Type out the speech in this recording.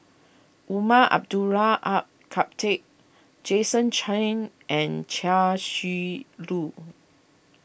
Umar Abdullah Al Khatib Jason Chan and Chia Shi Lu